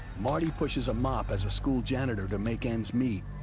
marty pushes a mop as a school janitor to make ends meet,